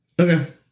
Okay